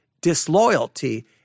disloyalty